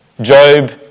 Job